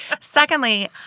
Secondly